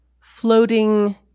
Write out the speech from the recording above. floating